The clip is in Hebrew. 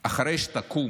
אחרי שתקום